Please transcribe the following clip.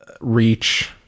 Reach